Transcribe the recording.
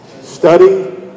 study